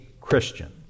Christian